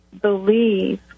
believe